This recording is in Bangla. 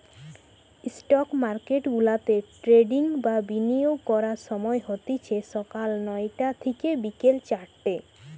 স্টক মার্কেটগুলাতে ট্রেডিং বা বিনিয়োগ করার সময় হতিছে সকাল নয়টা থিকে বিকেল চারটে